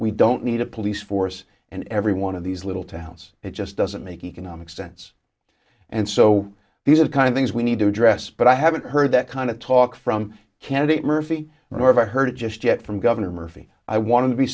we don't need a police force and every one of these little towns it just doesn't make economic sense and so these are the kind of things we need to address but i haven't heard that kind of talk from candidate murphy nor if i heard it just yet from governor murphy i want to be